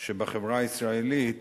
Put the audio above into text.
שבחברה הישראלית